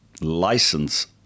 license